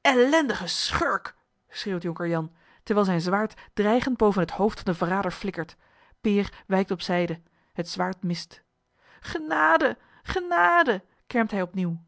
ellendige schurk schreeuwt jonker jan terwijl zijn zwaard dreigend boven het hoofd van den verrader flikkert peer wijkt op zijde het zwaard mist genade genade kermt hij opnieuw